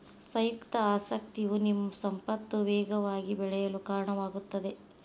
ಸಂಯುಕ್ತ ಆಸಕ್ತಿಯು ನಿಮ್ಮ ಸಂಪತ್ತು ವೇಗವಾಗಿ ಬೆಳೆಯಲು ಕಾರಣವಾಗುತ್ತದೆ